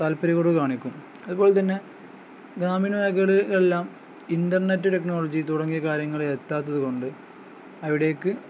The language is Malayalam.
താല്പര്യംകൂടെ കാണിക്കും അതുപോലെ തന്നെ ഗ്രാമീണ മേഖലകളിലെല്ലാം ഇൻറ്റർനെറ്റ് ടെക്നോളജി തുടങ്ങിയ കാര്യങ്ങള് എത്താത്തതുകൊണ്ട് അവിടേക്ക്